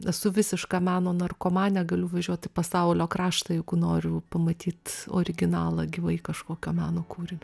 esu visiška mano narkomanė galiu važiuot į pasaulio kraštą jeigu noriu pamatyt originalą gyvai kažkokio meno kūrinio